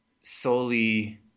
solely